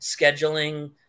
scheduling